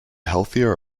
healthier